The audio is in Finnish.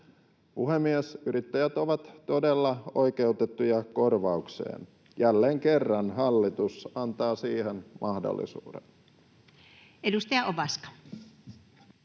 Puhemies! Yrittäjät ovat todella oikeutettuja korvaukseen. Jälleen kerran hallitus antaa siihen mahdollisuuden. [Speech 36]